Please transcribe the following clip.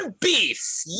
beef